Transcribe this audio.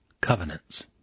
covenants